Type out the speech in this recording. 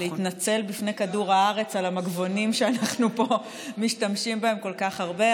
ולהתנצל בפני כדור הארץ על המגבונים שאנחנו משתמשים בהם כל כך הרבה,